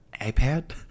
iPad